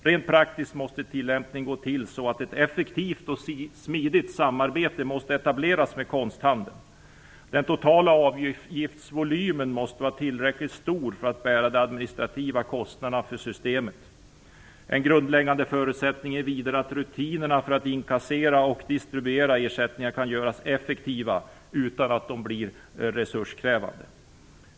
Rent praktiskt måste tillämpningen gå till så att ett effektivt och smidigt samarbete etableras med konsthandeln. Den totala avgiftsvolymen måste vara tillräckligt stor för att bära de administrativa konstnaderna för systemet. En grundläggande förutsättning är vidare att rutinerna för att inkassera och distribuera ersättningarna kan göras effektiva utan att de blir resurskrävande.